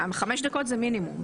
חמש דקות זה מינימום.